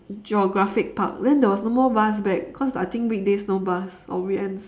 geographic park then there was no more bus back cause I think weekdays no bus or weekends